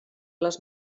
les